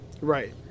Right